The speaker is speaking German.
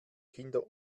kinder